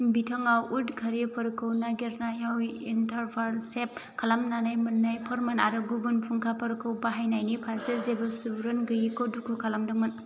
बिथाङा उदखारिफोरखौ नागिरनायाव इन्टारफारसेप खालामनानै मोन्नाय फोरमान आरो गुबुन फुंखाफोरखौ बाहायनायनि फारसे जेबो सुबुरुन गैयिखौ दुखु खालामदोंमोन